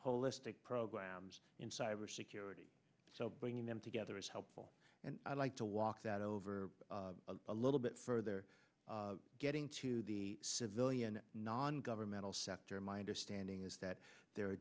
holistic programs in cybersecurity so bringing them together is helpful and i'd like to walk that over a little bit further getting to the civilian non governmental sector my understanding is that there are